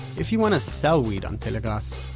if you want to sell weed on telegrass,